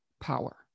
power